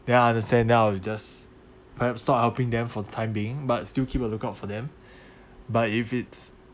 then I understand then I will just perhaps not helping them for the time being but still keep a lookout for them but if it's